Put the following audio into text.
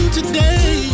today